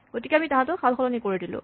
গতিকে আমি তাহাঁতক সালসলনি কৰি দিলোঁ